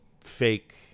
fake